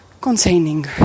containing